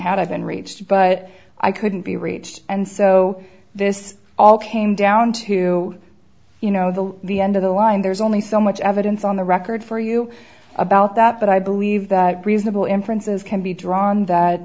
had i been reached but i couldn't be reached and so this all came down to you know the the end of the line there's only so much evidence on the record for you about that but i believe that reasonable inferences can be drawn